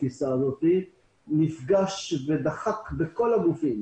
התפיסה הזאת שירות בתי הסוהר נפגש ודחק בכל הגופים: